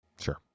Sure